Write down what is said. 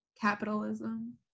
Capitalism